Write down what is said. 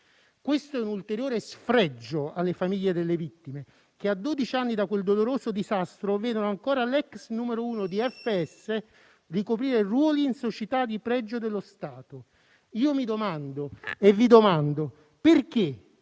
Questo è un ulteriore sfregio alle famiglie delle vittime, che a dodici anni da quel doloroso disastro, vedono ancora l'ex numero uno di FS ricoprire ruoli in società di pregio dello Stato. Io mi domando e vi domando: perché